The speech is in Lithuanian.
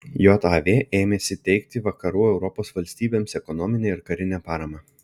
jav ėmėsi teikti vakarų europos valstybėms ekonominę ir karinę paramą